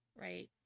Right